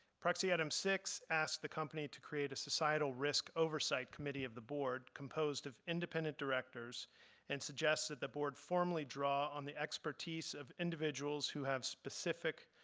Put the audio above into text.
proxy item six asks the company to create a societal risk oversight committee of the board composed of independent directors and suggests that the board formally draw on the expertise of individuals who have specific,